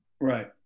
right